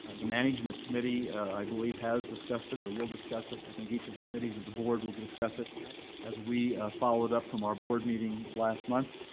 the management committee, i believe, has discussed it or will discuss it. i think each of the committees of the board will discuss it as we followed up from our board meeting last month.